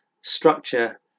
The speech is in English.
structure